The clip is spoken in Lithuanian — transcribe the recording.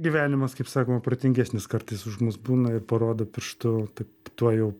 gyvenimas kaip sakoma protingesnis kartais už mus būna ir parodo pirštu taip tuo jau